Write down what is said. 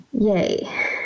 Yay